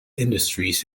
industries